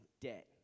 debt